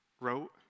wrote